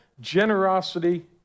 generosity